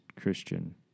Christian